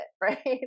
Right